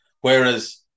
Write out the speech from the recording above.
Whereas